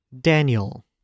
Daniel